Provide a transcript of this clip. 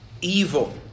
evil